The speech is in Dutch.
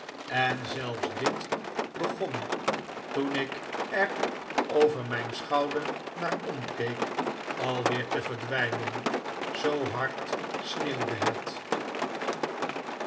en zelfs dit begon toen ik antwoord van dora's tantes er over mijn schouder naar o mkeek alweer te verdwijnen zoo hard sneeuwde het